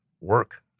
work